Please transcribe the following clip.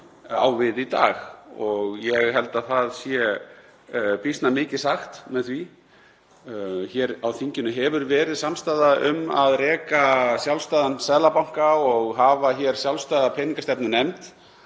á við í dag. Ég held að býsna mikið sé sagt með því. Hér á þinginu hefur verið samstaða um að reka sjálfstæðan seðlabanka, hafa hér sjálfstæða peningastefnunefnd